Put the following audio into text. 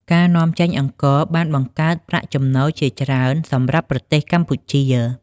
ការនាំចេញអង្ករបានបង្កើតប្រាក់ចំណូលជាច្រើនសម្រាប់ប្រទេសកម្ពុជា។